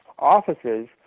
offices